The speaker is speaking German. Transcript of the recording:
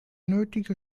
nötige